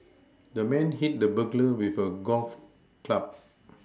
the man hit the burglar with a golf club